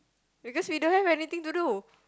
because we don't have anything to do